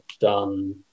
done